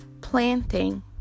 Planting